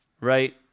right